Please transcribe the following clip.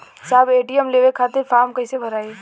साहब ए.टी.एम लेवे खतीं फॉर्म कइसे भराई?